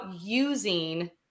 using